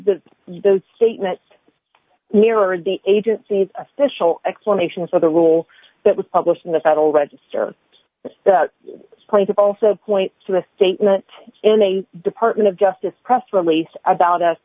the those statements mirrored the agency's official explanation so the rule that was published in the federal register the plaintiff also point to a statement in a department of justice press release about us